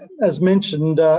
as mentioned,